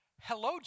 hello